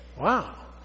wow